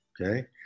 Okay